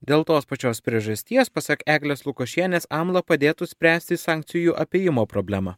dėl tos pačios priežasties pasak eglės lukošienės amla padėtų spręsti sankcijų apėjimo problemą